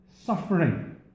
suffering